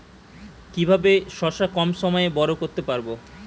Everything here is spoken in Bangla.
কিভাবে শশা কম সময়ে বড় করতে পারব?